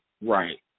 Right